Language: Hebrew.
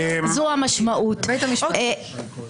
זו משמעות הדברים.